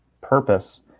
purpose